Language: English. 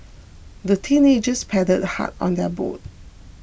the teenagers paddled hard on their boat